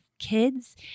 kids